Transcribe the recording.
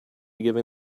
giving